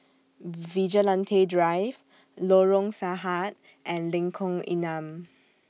Vigilante Drive Lorong Sahad and Lengkong Enam